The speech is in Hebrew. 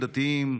דתיים,